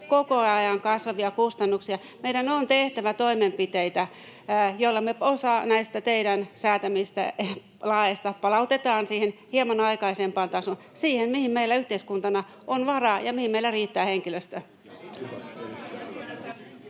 koko ajan kasvavia kustannuksia, meidän on tehtävä toimenpiteitä, joilla me osa näistä teidän säätämistänne laeista palautetaan siihen hieman aikaisempaan tasoon, siihen, mihin meillä yhteiskuntana on varaa ja mihin meillä riittää henkilöstö.